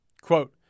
Quote